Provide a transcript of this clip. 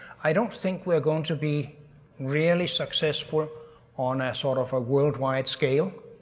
i don't think we are going to be really successful on ah sort of a worldwide scale.